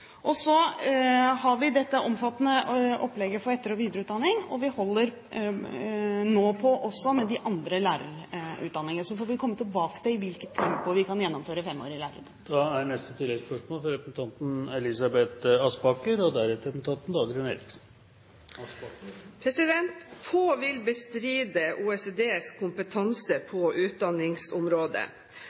Og så har vi dette omfattende opplegget for etter- og videreutdanning. Vi holder nå også på med de andre lærerutdanningene. Så får vi komme tilbake til i hvilket tempo vi kan gjennomføre femårig lærerutdanning. Elisabeth Aspaker – til oppfølgingsspørsmål. Få vil bestride OECDs kompetanse på utdanningsområdet. Når OECD i sine anbefalinger overfor Norge er så tydelige på